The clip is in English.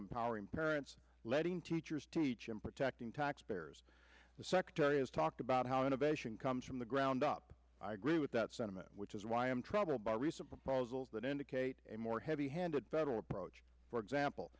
empowering parents letting teachers teach and protecting taxpayers the secretary has talked about how innovation comes from the ground up i agree with that sentiment which is why i am troubled by recent proposals that indicate a more heavy handed federal approach for example